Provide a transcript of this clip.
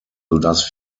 sodass